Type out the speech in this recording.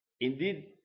Indeed